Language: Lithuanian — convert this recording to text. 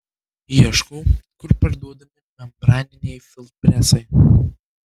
ieškau kur parduodami membraniniai filtrpresai